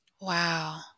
wow